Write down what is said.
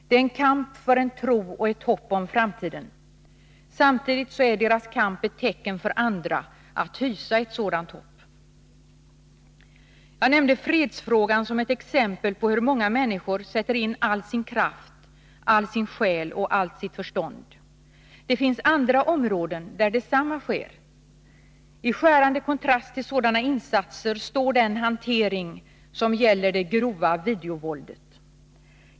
Det är en kamp för en tro och ett hopp om framtiden. Samtidigt är deras kamp ett tecken för andra att hysa ett sådant hopp. Jag nämnde fredsfrågan som ett exempel på hur många människor sätter in all sin kraft, hela sin själ och allt sitt förstånd. Det finns andra områden där detsamma sker. I skärande kontrast till sådana insatser står den hantering som gäller det grova videovåldet.